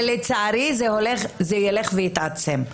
ולצערי זה ילך ויתעצם.